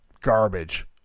Garbage